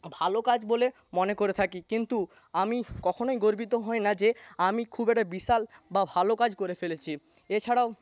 ভালো কাজ বলে মনে করে থাকি কিন্তু আমি কখনই গর্বিত হই না যে আমি খুব একটা বিশাল বা ভালো কাজ করে ফেলেছি এছাড়াও